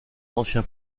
ancien